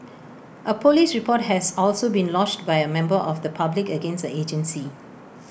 A Police report has also been lodged by A member of the public against the agency